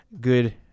good